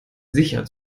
sicher